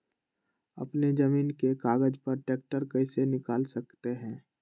अपने जमीन के कागज पर ट्रैक्टर कैसे निकाल सकते है?